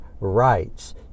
rights